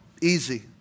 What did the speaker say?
Easy